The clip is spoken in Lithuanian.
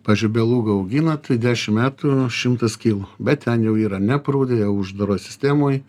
pavyzdžiui belugą augina tai dešim metų šimtas kilų bet ten jau yra ne prūde o uždaroj sistemoj